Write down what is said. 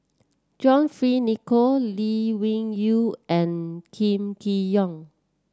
John Fearns Nicoll Lee Wung Yew and Kam Kee Yong